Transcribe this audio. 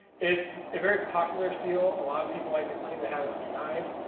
it's a very popular steel. a lot of people like to claim to have it on their knives,